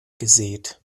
gesät